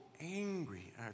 angry